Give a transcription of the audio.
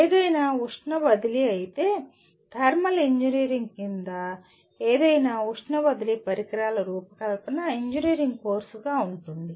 ఏదైనా ఉష్ణ బదిలీ అయితే థర్మల్ ఇంజనీరింగ్ కింద ఏదైనా ఉష్ణ బదిలీ పరికరాల రూపకల్పన ఇంజనీరింగ్ కోర్సుగా ఉంటుంది